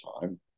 time